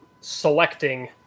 selecting